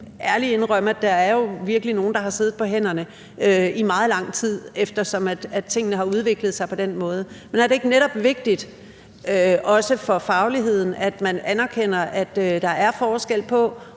ærligt indrømme, at der jo virkelig er nogle, der har siddet på hænderne i meget lang tid, eftersom tingene har udviklet sig på den måde. Men er det ikke netop vigtigt, også for fagligheden, at man anerkender, at der er forskel på